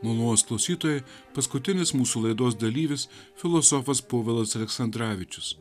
malonūs klausytojai paskutinis mūsų laidos dalyvis filosofas povilas aleksandravičius